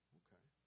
okay